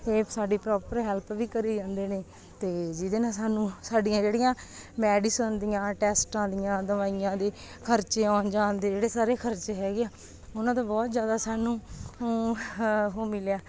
ਇਹ ਸਾਡੀ proper help ਵੀ ਕਰੀ ਜਾਂਦੇ ਨੇ ਅਤੇ ਜਿਹਦੇ ਨਾਲ ਸਾਨੂੰ ਸਾਡੀਆਂ ਜਿਹੜੀਆਂ ਮੈਡੀਸਨ ਦੀਆਂ ਟੈਸਟਾਂ ਦੀਆਂ ਦਵਾਈਆਂ ਦੇ ਖਰਚੇ ਆਉਣ ਜਾਣ ਦੇ ਜਿਹੜੇ ਸਾਰੇ ਖਰਚੇ ਹੈਗੇ ਆ ਉਹਨਾਂ ਦਾ ਬਹੁਤ ਜ਼ਿਆਦਾ ਸਾਨੂੰ ਉਹ ਮਿਲਿਆ